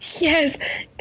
Yes